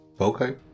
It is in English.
Okay